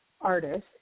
artist